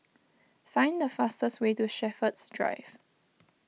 find the fastest way to Shepherds Drive